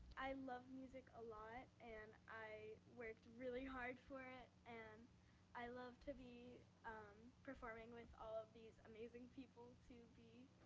i love music a lot, and i worked really hard for it, and i love to be performing with all of these amazing people to be